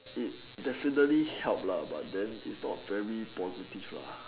it definitely helped lah but then it's not very positive lah